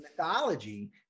mythology